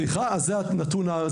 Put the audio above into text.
אז זה הנתון.